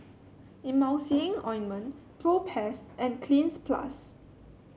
Emulsying Ointment Propass and Cleanz Plus